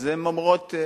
הן אומרות: